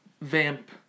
Vamp